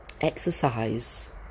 Exercise